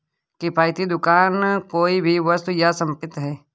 किफ़ायती दुकान कोई भी वस्तु या संपत्ति है